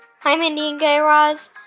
hi, mindy and guy raz.